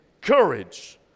courage